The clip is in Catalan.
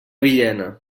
villena